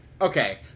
Okay